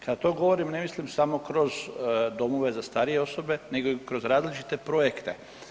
Kad to govorim ne mislim samo kroz domove za starije osobe, nego i kroz različite projekte.